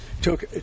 took